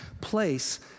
place